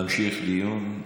להמשיך דיון?